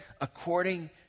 according